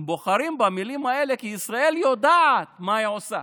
הם בוחרים במילים האלה כי ישראל יודעת מה היא עושה.